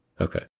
okay